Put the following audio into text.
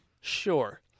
Sure